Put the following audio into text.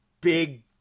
big